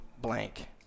blank